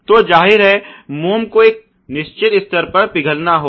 तो जाहिर है मोम को एक निश्चित स्तर तक पिघलाना होगा